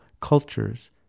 cultures